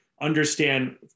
understand